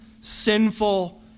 sinful